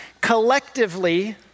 collectively